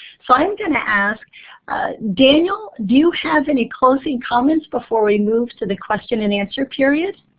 so i'm going to ask daniel, do you have any closing comments before we move to the question and answer period?